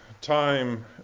time